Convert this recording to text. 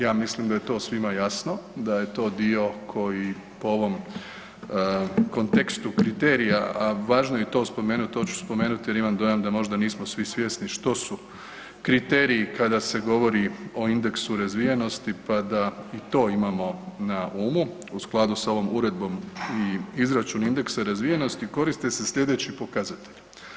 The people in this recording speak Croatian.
Ja mislim da je to svima jasno da je to dio koji po ovom kontekstu kriterija a važno je i to spomenuti, to ću spomenuti jer imam dojam da možda nismo svi svjesni što su kriteriji kada se govori o indeksu razvijenosti pa da i to imamo na umu, u skladu sa ovom uredbom i izračun indeksa razvijenosti, koriste se slijedeće pokazatelji.